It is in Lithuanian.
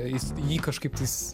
jis jį kažkaip tais